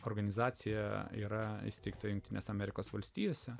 organizacija yra įsteigta jungtinės amerikos valstijose